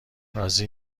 راضی